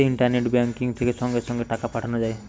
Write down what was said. internet banking থেকে সঙ্গে সঙ্গে টাকা পাঠানো যায়